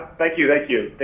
thank you, thank you,